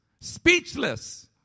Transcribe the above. speechless